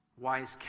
wise